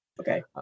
Okay